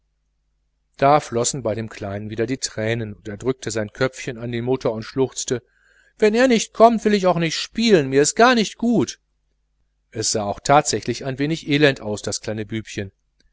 da flossen bei dem kleinen wieder die tränen er drückte sein köpfchen an die mutter und schluchzte wenn er nicht kommt will ich auch nicht spielen mir ist gar nicht gut es sah auch tatsächlich ein wenig elend aus das kleine bübchen